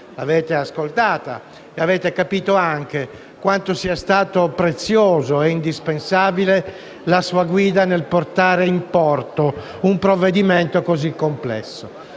L'avete ascoltata e avete capito anche quanto sia stata preziosa ed indispensabile la sua guida nel portare in porto un provvedimento così complesso.